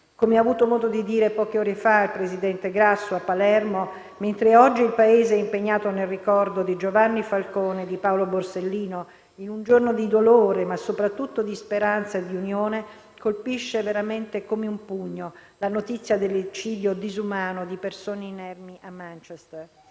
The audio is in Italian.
Come ha avuto modo di dire poche ore fa il presidente Grasso a Palermo, mentre oggi il Paese è impegnato nel ricordo di Giovanni Falcone e di Paolo Borsellino, in un giorno di dolore ma soprattutto di speranza e di unione, colpisce veramente come un pugno la notizia dell'eccidio disumano di persone inermi a Manchester.